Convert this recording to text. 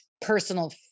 personal